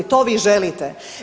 To vi želite.